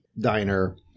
diner